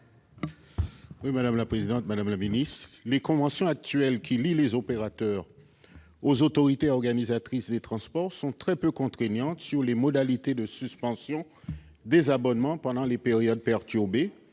: La parole est à M. Guillaume Arnell. Les conventions actuelles qui lient les opérateurs aux autorités organisatrices de transport sont très peu contraignantes sur les modalités de suspension des abonnements pendant les périodes perturbées